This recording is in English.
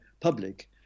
public